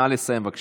נא לסיים, בבקשה.